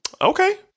Okay